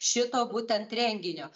šito būtent renginio